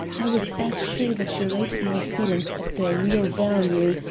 i was as sure that she rated my feelings at their real value,